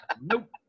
Nope